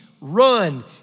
run